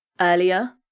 earlier